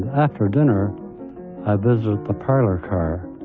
after dinner i visited the parlour car,